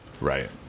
Right